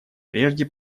прежде